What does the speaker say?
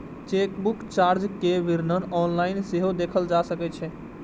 chequebook चार्जक विवरण online सेहो देखल जा सकै छै